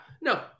no